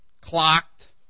clocked